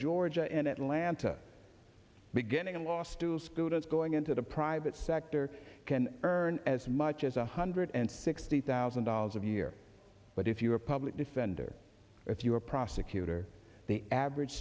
georgia and atlanta beginning last two students going into the private sector can earn as much as a hundred and sixty thousand dollars of year but if you're a public defender if you're a prosecutor the average